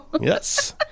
Yes